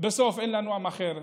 בסוף אין לנו עם אחר,